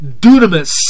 dunamis